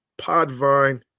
Podvine